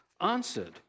answered